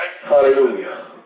Hallelujah